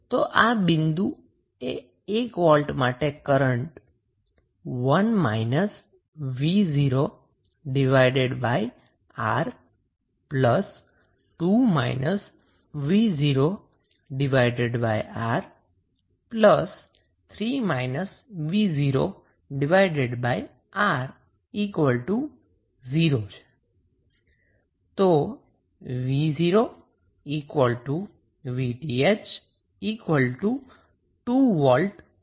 તો આ બિંદુ એ 1 વોલ્ટ માટે current 1 v0R 2 v0R3 v0R 0 v0 VTh 2V હોવો જોઈએ